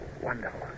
Wonderful